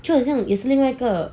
就好像也是另外个